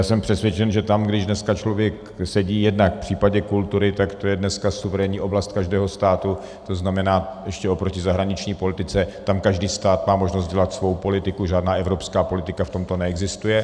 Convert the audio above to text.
Jsem přesvědčen, že tam, když dneska člověk sedí jednak v případě kultury, tak to je dneska suverénní oblast každého státu, tzn. ještě oproti zahraniční politice tam každý stát má možnost dělat svou politiku, žádná evropská politika v tomto neexistuje.